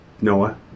Noah